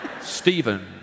Stephen